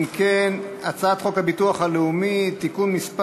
הצעת החוק הביטוח הלאומי (תיקון מס'